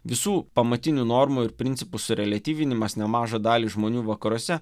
visų pamatinių normų ir principų sureliatyvinimas nemažą dalį žmonių vakaruose